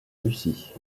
russie